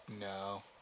No